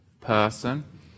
person